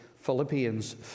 Philippians